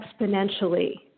exponentially